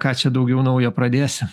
ką čia daugiau naujo pradėsi